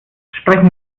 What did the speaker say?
sprechen